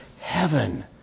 heaven